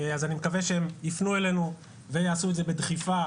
אז אני מקווה שהם יפנו אלינו ויעשו את זה בדחיפה